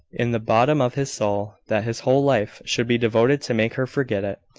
in the bottom of his soul, that his whole life should be devoted to make her forget it.